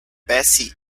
bessie